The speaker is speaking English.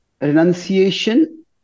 renunciation